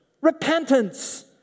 Repentance